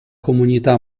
comunità